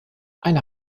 eine